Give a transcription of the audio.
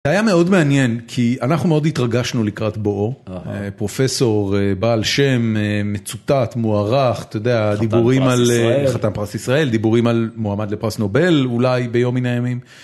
היה מאוד מעניין כי אנחנו מאוד התרגשנו לקראת בואו פרופסור בעל שם מצוטט מוערך אתה יודע דיבורים על חתן פרס ישראל דיבורים על מועמד לפרס נובל אולי ביום מן הימים.